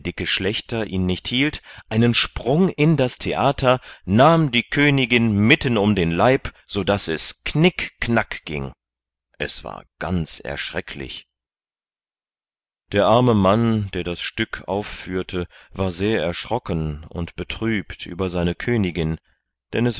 dicke schlächter ihn nicht hielt einen sprung in das theater nahm die königin mitten um den leib sodaß es knick knack ging es war ganz erschrecklich der arme mann der das stück aufführte war sehr erschrocken und betrübt über seine königin denn